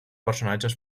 personatges